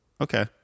Okay